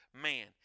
man